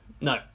No